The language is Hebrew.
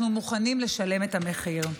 אנחנו מוכנים לשלם את המחיר.